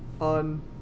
on